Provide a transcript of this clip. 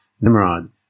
Nimrod